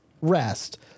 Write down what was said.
rest